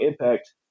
impact